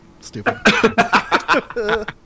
Stupid